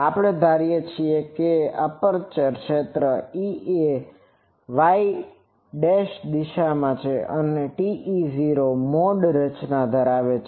આપણે ધારીએ છીએ કે એપર્ચર ક્ષેત્ર Ea Y દિશામાં છે અને તે TE10 મોડ રચના ધરાવે છે